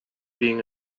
being